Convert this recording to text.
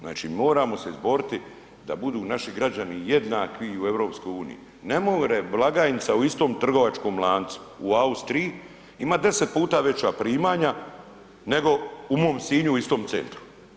Znači, moramo se izboriti da budu naši građani jednaki u EU, ne more blagajnica u istome trgovačkom lancu u Austriji imati 10 puta veća primanja nego u mom Sinju u istom centru.